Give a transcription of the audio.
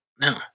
No